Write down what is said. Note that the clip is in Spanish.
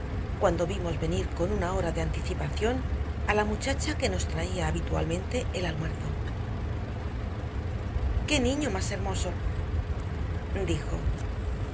cuando vimos venir con una hora de anticipación a la muchacha que nos traía habitualmente el almuerzo qué niño más hermoso dijo